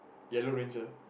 yellow ranger